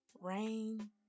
rain